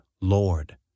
Lord